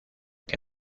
que